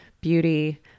beauty